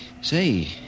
Say